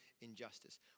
injustice